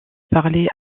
parlait